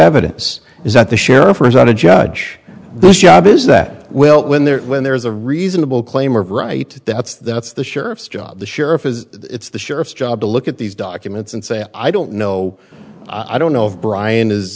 evidence is that the sheriff or is not a judge this job is that will when they're when there's a reasonable claim of right that's that's the sheriff's job the sheriff is it's the sheriff's job to look at these documents and say i don't know i don't know if brian is